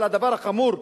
אבל הדבר החמור,